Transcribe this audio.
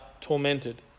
tormented